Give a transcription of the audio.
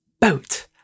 Boat